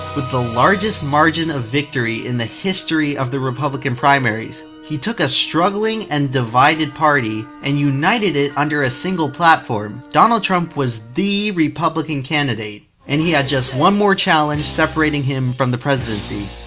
with the largest margin of victory in the history of the republican primaries. he took a struggling and divided party, and united it under a single platform. donald trump was the republican candidate. and he had just one more challenge separating him from the presidency.